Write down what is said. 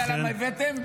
אתה יודע למה הבאתם?